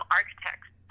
architects